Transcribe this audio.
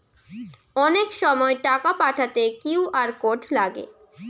অনেক সময় টাকা পাঠাতে কিউ.আর কোড লাগে